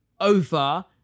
over